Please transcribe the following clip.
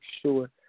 sure